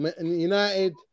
United